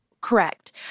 Correct